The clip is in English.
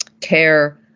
care